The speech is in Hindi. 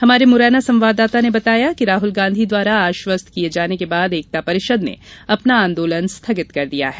हमारे मुरैना संवाददाता ने बताया कि राहुल गांधी द्वारा आश्वस्त किये जाने के बाद एकता परिषद ने अपना आंदोलन स्थगित कर दिया है